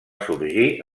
sorgir